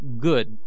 good